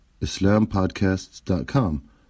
islampodcasts.com